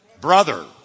Brother